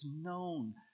known